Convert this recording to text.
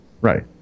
Right